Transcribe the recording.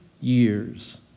years